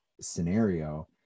scenario